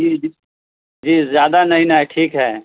جی جی جی زیادہ نہیں نا ٹھیک ہے